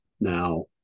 now